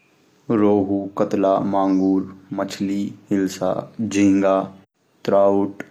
माछों का नाम छन रोहू, कतला, नैन, बःगडा, किंगफिशर, मकरेल, गोल्डफिस, ईल,